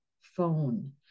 phone